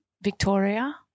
Victoria